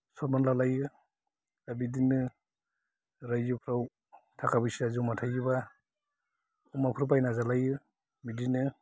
सन्मान लालायो आरो बिदिनो राइजोफ्राव थाखा फैसा जमा थायोबा अमाफोर बायना जालायो बिदिनो